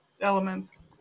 elements